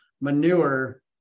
manure